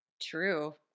true